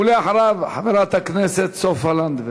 ולאחריו, חברת הכנסת סופה לנדבר.